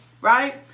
right